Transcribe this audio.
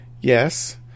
Yes